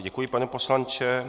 Děkuji, pane poslanče.